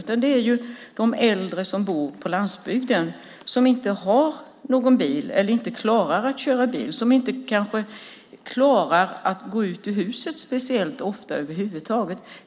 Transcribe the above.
Det handlar om de äldre som bor på landsbygden, som inte har någon bil eller inte klarar att köra bil, som kanske inte klarar att gå ut ur huset speciellt ofta över huvud taget.